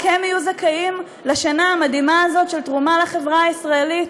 רק הם יהיו זכאים לשנה המדהימה הזאת של תרומה לחברה הישראלית?